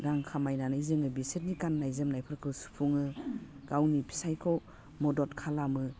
रां खामायनानै जोङो बिसोरनि गान्नाय जोमनायफोरखौ सुफुङो गावनि फिसाइखौ मदद खालामो